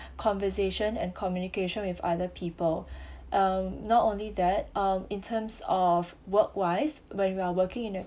conversation and communication with other people um not only that um in terms of work wise when we are working in a